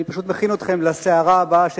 אני פשוט מכין אתכם לסערה הבאה שתגיע,